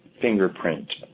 fingerprint